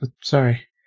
sorry